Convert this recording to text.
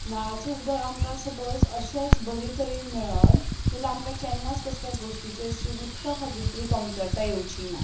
नळाचें उदक आमकां सपोज अशे तरेन मेळत जाल्यार आमकां केन्नाच कसल्या गोश्टीची अशी उदका खातीर तरी कमतरता येवची ना